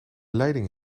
leiding